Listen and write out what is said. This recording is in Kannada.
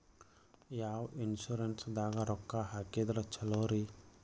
ಯಾವ ಇನ್ಶೂರೆನ್ಸ್ ದಾಗ ರೊಕ್ಕ ಹಾಕಿದ್ರ ಛಲೋರಿ?